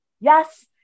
yes